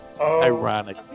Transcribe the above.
Ironic